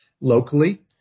locally